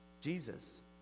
Jesus